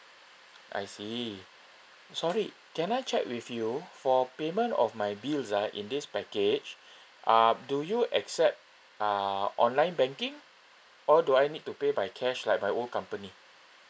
I see sorry can I check with you for payment of my bills ah in this package uh do you accept uh online banking or do I need to pay by cash like my old company